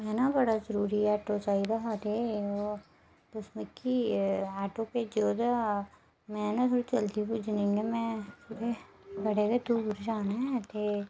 में ना बड़ा जरूरी आटो चाहिदा हा ते तुस मिकी आटो भेजेओ ते में ना जल्दी पुज्जना ते में बड़े गै दूर जाना ऐ